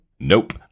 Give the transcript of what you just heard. Nope